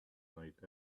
night